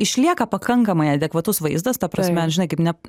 išlieka pakankamai adekvatus vaizdas ta prasme žinai kaip ne